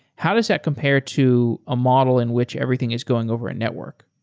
how does that compare to a model in which everything is going over a network?